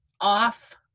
off